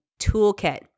toolkit